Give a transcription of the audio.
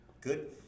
good